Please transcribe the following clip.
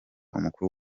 umukuru